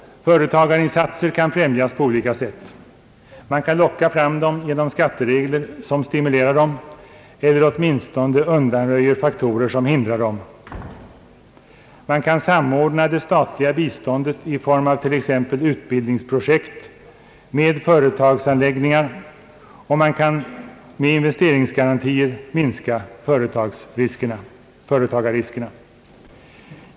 Företagarinsatser kan främjas på olika sätt. Man kan locka fram dem genom skatteregler som stimulerar dem eller åtminstone undanröjer faktorer som hindrar dem. Man kan samordna det statliga biståndet i form av t.ex. utbildningsprojekt med företagsanläggningar, och man kan med investeringsgarantier minska företagarriskerna.